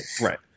right